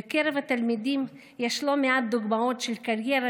בקרב התלמידים יש לא מעט דוגמאות של קריירה